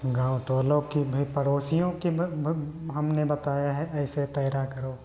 गाँव टोलों के भी पड़ोसियों को भी हमने बताया है ऐसे तैरा करो